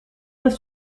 pas